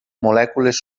molècules